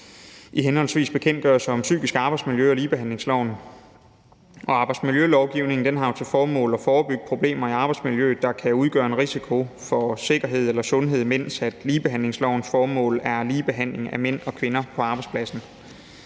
i henholdsvis bekendtgørelse om psykisk arbejdsmiljø og ligebehandlingsloven. Arbejdsmiljølovgivningen har jo til formål at forebygge problemer i arbejdsmiljøet, der kan udgøre en risiko i forhold til sikkerhed eller sundhed, mens ligebehandlingslovens formål er ligebehandling af mænd og kvinder på arbejdspladsen.